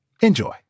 Enjoy